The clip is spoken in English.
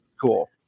cool